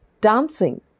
Dancing